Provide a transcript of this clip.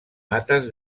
mates